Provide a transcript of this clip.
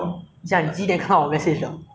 !huh! then 你讲你晚上去找